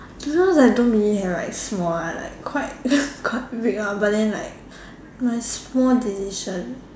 sometimes I don't really have like small one like quite quite big one but then like a small decision